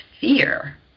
fear